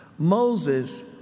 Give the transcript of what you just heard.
Moses